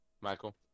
Michael